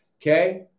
Okay